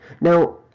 Now